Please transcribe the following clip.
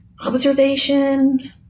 observation